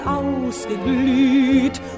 ausgeglüht